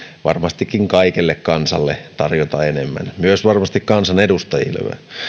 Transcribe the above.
varmastikin kaikelle kansalle tarjota enemmän myös varmasti kansanedustajille